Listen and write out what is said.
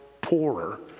poorer